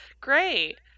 great